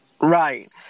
Right